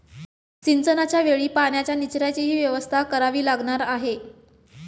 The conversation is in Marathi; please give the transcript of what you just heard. सिंचनाच्या वेळी पाण्याच्या निचर्याचीही व्यवस्था करावी लागणार आहे